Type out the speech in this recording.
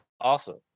awesome